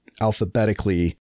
alphabetically